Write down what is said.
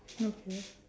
okay